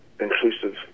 inclusive